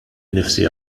nnifsi